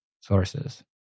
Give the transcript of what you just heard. sources